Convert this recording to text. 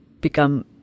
become